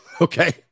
Okay